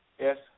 Yes